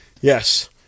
yes